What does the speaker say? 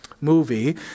movie